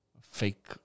fake